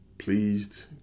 pleased